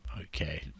okay